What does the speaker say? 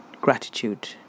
gratitude